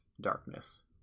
darkness